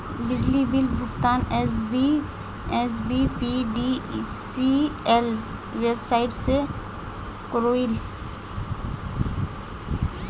बिजली बिल भुगतान SBPDCL website से क्रॉइल